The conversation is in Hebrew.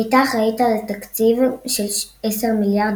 היא הייתה אחראית על תקציב של 10 מיליארד